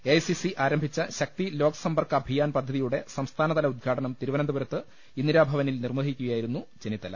A I C C ആരംഭിച്ച ശക്തി ലോക് സമ്പർക്ക അഭിയാൻ പദ്ധതിയുടെ സംസ്ഥാനതല ഉദ്ഘാടനം തിരുവ നന്തപുരത്ത് ഇന്ദിരാഭവനിൽ നിർവൃഹിക്കുകയായിരുന്നു ചെന്നിത്തല